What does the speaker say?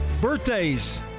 Birthdays